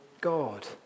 God